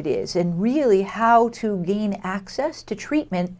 it is and really how to gain access to treatment